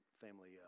family